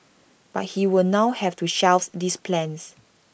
but he will now have to shelve those plans